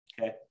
okay